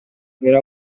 era